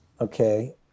Okay